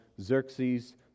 Xerxes